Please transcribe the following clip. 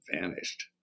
vanished